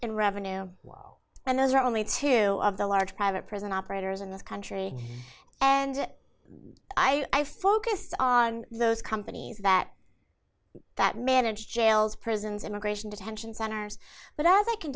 in revenue and those are only two of the large private prison operators in this country and i focused on those companies that that manage jails prisons immigration detention centers but